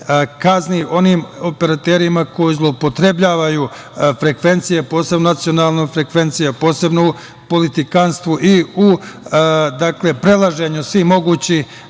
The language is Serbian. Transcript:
kazni onim operaterima koji zloupotrebljavaju frekvencije, posebno nacionalna frekvencija, posebno politikanstvo i u prelaženju svih mogućih